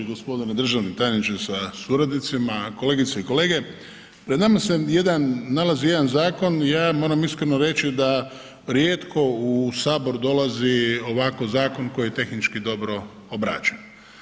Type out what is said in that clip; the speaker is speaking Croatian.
Gospodine državni tajniče sa suradnicima, kolegice i kolege pred nama se nalazi jedan zakon ja moram iskreno reći da rijetko u sabor dolazi ovako zakon koji je tehnički dobro obrađen.